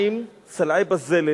סלעים, סלעי בזלת,